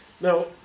now